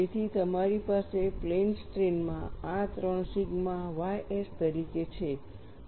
તેથી તમારી પાસે પ્લેન સ્ટ્રેઇન માં આ ૩ સિગ્મા ys તરીકે છે